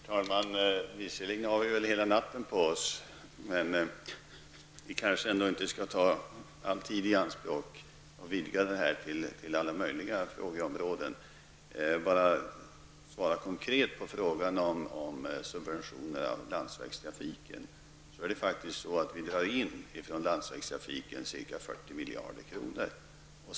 Herr talman! Visserligen har vi hela natten på oss, men vi kanske ändå inte skall ta all tid i anspråk och utvidga debatten till alla möjliga frågeområden. Jag vill bara konkret svara på frågan om subventioner av landsvägstransporter. Det är faktiskt så att staten drar in från landsvägstrafiken ca 40 miljarder kronor.